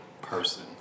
person